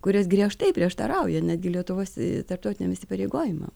kuris griežtai prieštarauja netgi lietuvos tarptautiniam įsipareigojimam